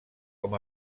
com